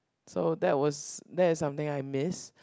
so that was that is something I miss